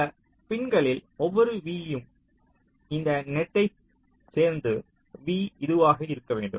சில பின்களில் ஒவ்வொரு v யும் இந்த நெட்யை சேர்ந்தது v இதுவாக இருக்க வேண்டும்